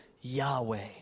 Yahweh